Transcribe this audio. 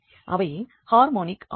அவை ஹார்மோனிக் ஆகும்